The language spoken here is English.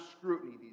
scrutiny